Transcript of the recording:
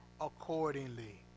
accordingly